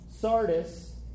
Sardis